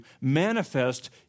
manifest